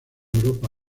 europa